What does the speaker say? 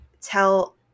tell